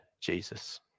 Jesus